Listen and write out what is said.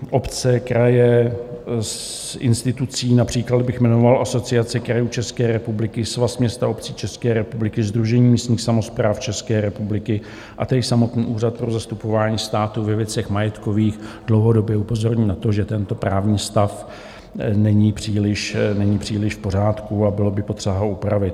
Obce, kraje, z institucí bych jmenoval například Asociaci krajů České republiky, Svaz měst a obcí České republiky, Sdružení místních samospráv České republiky, a tedy i samotný Úřad pro zastupování státu ve věcech majetkových, dlouhodobě upozorňují na to, že tento právní stav není příliš v pořádku a bylo by potřeba ho upravit.